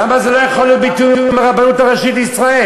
למה זה לא יכול להיות בתיאום עם הרבנות הראשית לישראל?